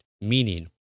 meaning